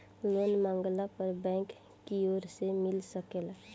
loan मांगला पर bank कियोर से मिल सकेला